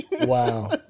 Wow